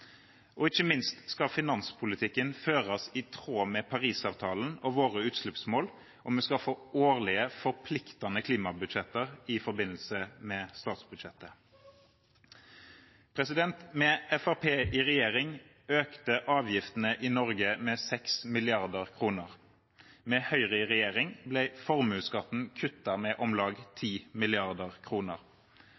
Ikke minst skal finanspolitikken føres i tråd med Parisavtalen og våre utslippsmål, og vi skal få årlige forpliktende klimabudsjetter i forbindelse med statsbudsjettet. Med Fremskrittspartiet i regjering økte avgiftene i Norge med 6 mrd. kr. Med Høyre i regjering ble formuesskatten kuttet med om lag